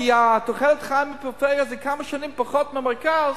כי תוחלת החיים בפריפריה זה כמה שנים פחות מבמרכז.